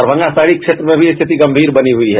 दरमंगा शहरी क्षेत्रों में भी स्थिति गंमीर बनी हुई है